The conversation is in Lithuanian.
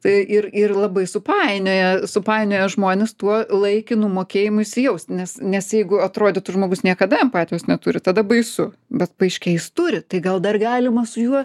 tai ir ir labai supainioja supainioja žmones tuo laikinu mokėjimu įsijaust nes nes jeigu atrodytų žmogus niekada empatijos neturi tada baisu bet paaiškėja jis turi tai gal dar galima su juo